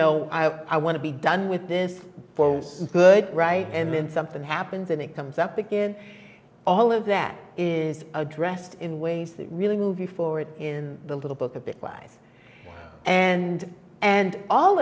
know i want to be done with this for good right and then something happens and it comes up again all of that is addressed in ways that really move you forward in the little book a bit lies and and all